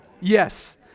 Yes